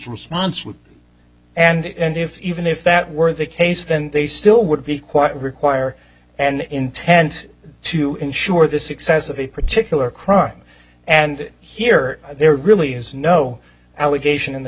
response would be and if even if that were the case then they still would be quite require an intent to ensure the success of a particular crime and here there really is no allegation in the